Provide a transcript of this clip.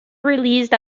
released